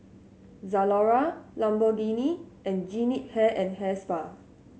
Zalora Lamborghini and Jean Yip Hair and Hair Spa